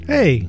Hey